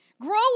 Grow